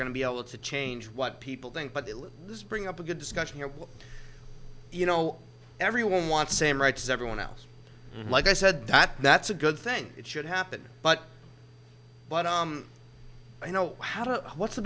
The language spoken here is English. to be able to change what people think but it does bring up a good discussion here you know everyone wants same rights as everyone else like i said that that's a good thing it should happen but but i i know how to what's the